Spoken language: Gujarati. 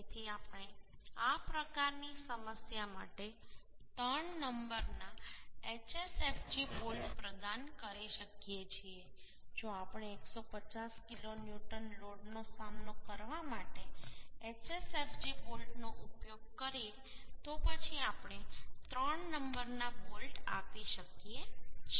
તેથી આપણે આ પ્રકારની સમસ્યા માટે 3 નંબરના HSFG બોલ્ટ પ્રદાન કરી શકીએ છીએ જો આપણે 150 કિલો ન્યૂટન લોડ નો સામનો કરવા માટે HSFG બોલ્ટનો ઉપયોગ કરીએ તો પછી આપણે 3 નંબરના બોલ્ટ આપી શકીએ છીએ